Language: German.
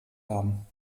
haben